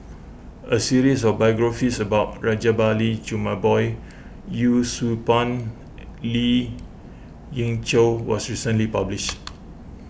a series of biographies about Rajabali Jumabhoy Yee Siew Pun Lien Ying Chow was recently published